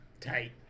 Tight